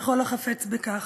לכל החפץ בכך,